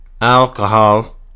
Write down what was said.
alcohol